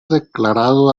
declarado